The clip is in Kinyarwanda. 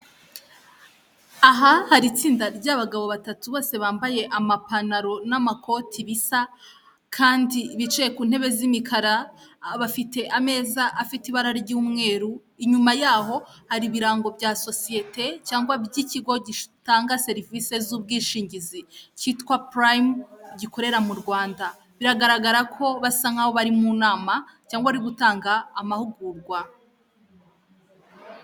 Aha hari itsinda ry'abagabo batatu bose bambaye amapantaro n'amakoti bisa kandi bicaye ku ntebe z'imikara, bafite ameza afite ibara ry'umweru inyuma yaho hari ibirango bya sosiyete cyangwa by'ikigo gitanga serivisi z'ubwishingizi cyitwa purayime gikorera mu Rwanda biragaragara ko basa nkaho bari mu nama cyangwa bari gutanga amahugurwa.